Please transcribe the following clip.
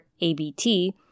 ABT